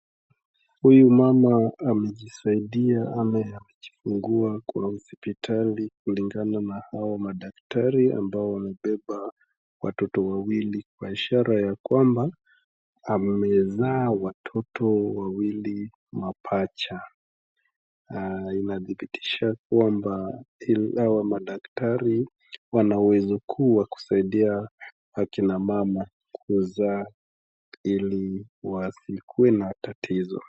Huyu mama amejisaidia ama amejifungua kwa hospitali kulingana na hawa madaktari ambao wamebeba watoto wawili kwa ishara ya kwamba amezaa watoto wawili mapacha. Inathibitisha kwamba hawa madaktari wana uwezo mzuri wa kusaidia akina mama kuzaa ili wasikuwe na tatizo.